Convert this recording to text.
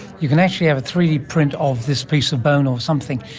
you can actually have a three d print of this piece of bone or something.